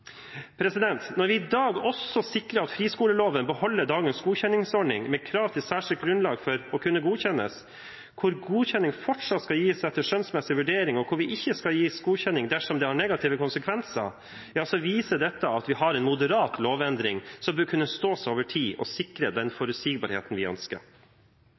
skoleløp. Når vi i dag også sikrer at friskoleloven beholder dagens godkjenningsordning med krav til særskilt grunnlag for å kunne godkjennes, hvor godkjenning fortsatt skal gis etter skjønnsmessig vurdering, og hvor vi ikke skal gi godkjenning dersom det har negative konsekvenser, viser det at vi har en moderat lovendring som bør kunne stå seg over tid, og sikre den forutsigbarheten vi ønsker.